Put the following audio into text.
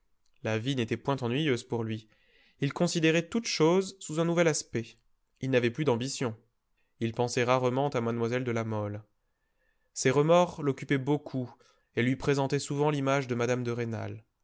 la vie n'était point ennuyeuse pour lui il considérait toutes choses sous un nouvel aspect il n'avait plus d'ambition il pensait rarement à mlle de la mole ses remords l'occupaient beaucoup et lui présentaient souvent l'image de mme de rênal